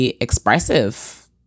expressive